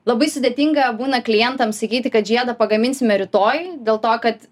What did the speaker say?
labai sudėtinga būna klientams sakyti kad žiedą pagaminsime rytojui dėl to kad